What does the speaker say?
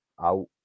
out